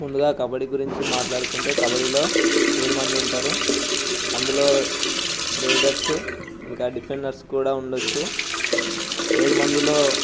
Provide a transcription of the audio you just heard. ముందుగా కబడ్డీ గురించి మాట్లాడుకుంటే కబడ్డీలో ఏడు మంది ఉంటారు అందులో రైడర్స్ ఇంకా డిఫెండెర్స్ కూడా ఉండొచ్చు ఏడు మందిలో నేను మా టీంలో